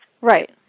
Right